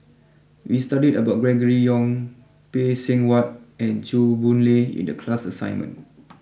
we studied about Gregory Yong Phay Seng Whatt and Chew Boon Lay in the class assignment